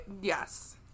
yes